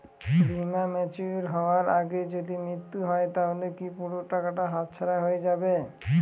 বীমা ম্যাচিওর হয়ার আগেই যদি মৃত্যু হয় তাহলে কি পুরো টাকাটা হাতছাড়া হয়ে যাবে?